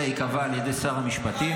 אלא ייקבע על ידי שר המשפטים.